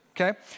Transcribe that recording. okay